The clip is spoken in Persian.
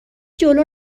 جلو